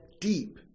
deep